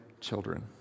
children